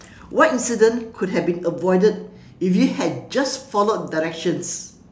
what incident could have been avoided if you had just followed directions